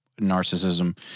narcissism